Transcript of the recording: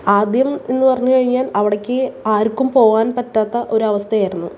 ആദ്യം എന്നു പറഞ്ഞു കഴിഞ്ഞാൽ അവിടേക്ക് ആര്ക്കും പോകാന് പറ്റാത്ത ഒരവസ്ഥയായിരുന്നു